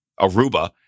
Aruba